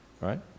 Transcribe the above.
right